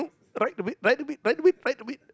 right a bit right a bit right a bit right a bit